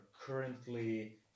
currently